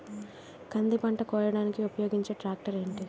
కంది పంట కోయడానికి ఉపయోగించే ట్రాక్టర్ ఏంటి?